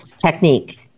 technique